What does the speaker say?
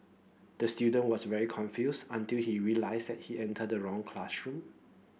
the student was very confused until he realised that he entered the wrong classroom